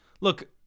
look –